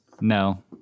No